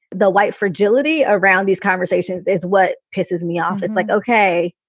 the white fragility around these conversations is what pisses me off. it's like, ok,